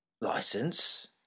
license